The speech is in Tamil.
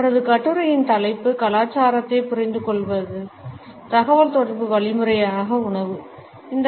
அவரது கட்டுரையின் தலைப்பு "கலாச்சாரத்தைப் புரிந்துகொள்வது தகவல்தொடர்பு வழிமுறையாக உணவு"